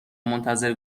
منتظر